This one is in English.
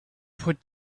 put